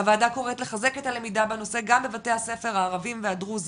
הועדה קוראת לחזק את הלמידה בנושא גם בבתי הספר הערבים והדרוזים,